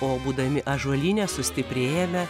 o būdami ąžuolyne sustiprėjame